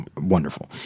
wonderful